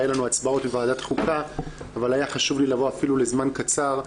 היה לנו הצבעות בוועדת חוקה אבל היה חשוב לי לבוא אפילו לזמן קצר.